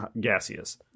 gaseous